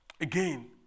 again